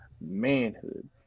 manhood